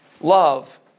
love